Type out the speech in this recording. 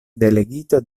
delegito